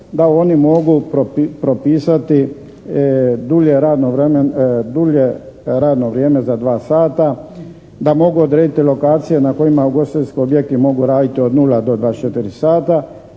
da oni mogu propisati dulje radno vrijeme za 2 sata, da mogu odrediti lokacije na kojima ugostiteljski objekti mogu raditi od 0 do 24 sata